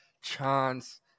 chance